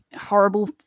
horrible